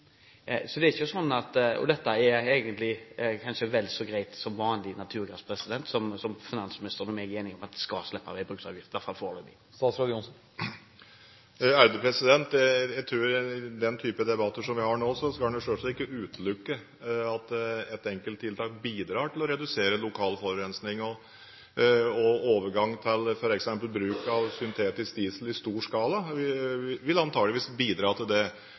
så greit som vanlig naturgass, som finansministeren og jeg er enige om skal slippe veibruksavgift, i hvert fall foreløpig. Jeg tror at i den type debatter som vi har nå, skal en selvsagt ikke utelukke at et enkelttiltak bidrar til å redusere lokal forurensing, og overgang til f.eks. bruk av syntetisk diesel i stor skala vil antakeligvis bidra til det.